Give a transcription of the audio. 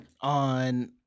on